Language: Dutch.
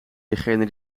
degene